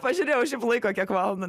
pažiūrėjau šiaip laiko kiek valandų